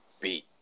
beat